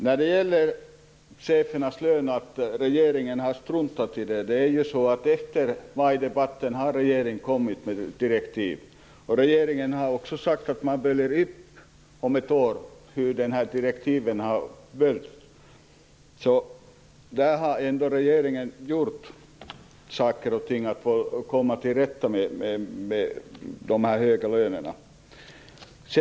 Herr talman! Dan Ericsson sade att regeringen har struntat i chefernas löner. Efter majdebatten har regeringen kommit med direktiv. Regeringen har också sagt att man om ett år skall se hur direktiven har följts. Regeringen har alltså gjort saker och ting för att komma till rätta med de höga lönerna.